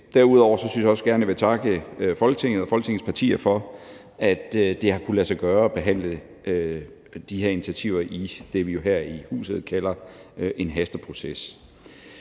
Derudover synes jeg også, jeg gerne vil takke Folketinget og Folketingets partier for, at det har kunnet lade sig gøre at behandle de her initiativer i det, vi jo her i huset kalder en hasteproces.